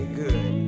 good